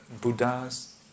Buddhas